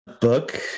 book